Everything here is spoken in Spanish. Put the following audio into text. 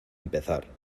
empezar